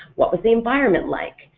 what was the environment like?